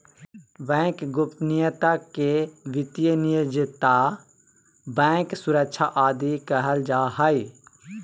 bank गोपनीयता के वित्तीय निजता, बैंक सुरक्षा आदि कहल जा हइ